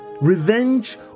Revenge